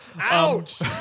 Ouch